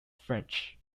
french